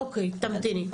אוקי, תמתיני.